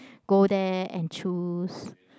go there and choose